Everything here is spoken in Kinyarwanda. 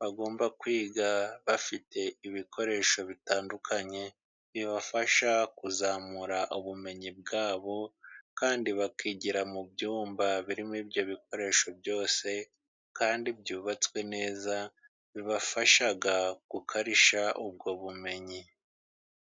bagomba kwiga bafite ibikoresho bitandukanye bibafasha kuzamura ubumenyi bwabo, kandi bakigira mu byumba birimo ibyo bikoresho byose, kandi byubatswe neza, bibafasha gukarisha ubwo bumenyi.